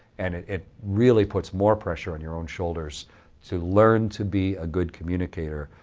and it it really puts more pressure on your own shoulders to learn to be a good communicator,